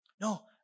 No